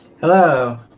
Hello